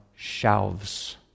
shelves